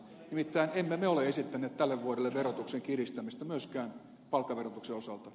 nimittäin emme me ole esittäneet tälle vuodelle verotuksen kiristämistä myöskään palkkaverotuksen osalta